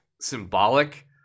symbolic